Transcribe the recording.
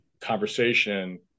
conversation